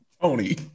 Tony